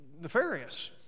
nefarious